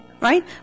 Right